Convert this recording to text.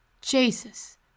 Jesus